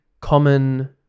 common